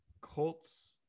Colts